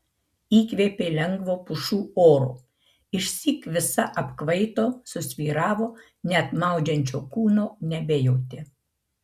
įkvėpė lengvo pušų oro išsyk visa apkvaito susvyravo net maudžiančio kūno nebejautė